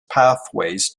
pathways